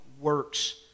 works